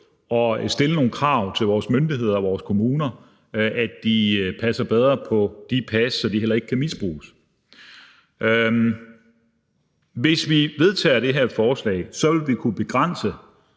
og stille nogle krav til vores myndigheder og vores kommuner om, at de passer bedre på de pas, så de ikke kan misbruges. Hvis vi vedtager det her forslag, vil vi kunne begrænse